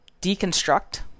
deconstruct